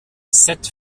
set